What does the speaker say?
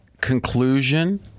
conclusion